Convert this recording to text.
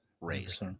raise